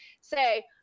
say